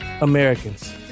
Americans